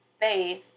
Faith